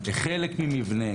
חלק ממבנה,